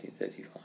1935